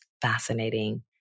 fascinating